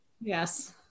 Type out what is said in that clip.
Yes